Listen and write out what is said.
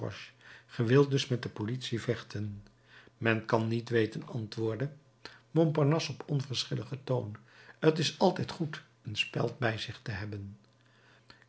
wilt dus met de politie vechten men kan niet weten antwoordde montparnasse op onverschilligen toon t is altijd goed een speld bij zich te hebben